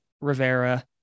Rivera